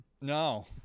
No